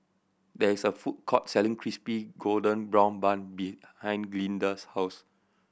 there is a food court selling Crispy Golden Brown Bun behind Glynda's house